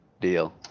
deal